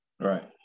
Right